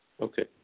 Okay